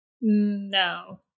No